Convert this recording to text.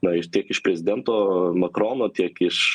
na ir tiek iš prezidento makrono tiek iš